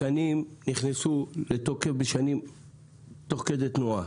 התקנים נכנסו לתוקף תוך כדי תנועה.